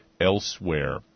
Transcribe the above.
elsewhere